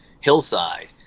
hillside